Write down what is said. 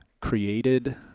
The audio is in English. created